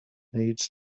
needs